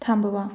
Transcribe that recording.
थांबवा